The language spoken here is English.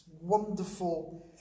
wonderful